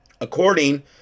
according